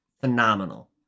phenomenal